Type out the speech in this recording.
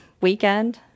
weekend